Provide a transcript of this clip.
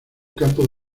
campo